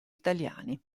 italiani